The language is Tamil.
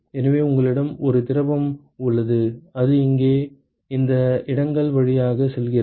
எனவே உங்களிடம் ஒரு திரவம் உள்ளது அது இங்கே இந்த இடங்கள் வழியாக செல்கிறது